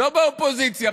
לא באופוזיציה,